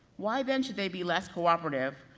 why then, should they be less cooperative,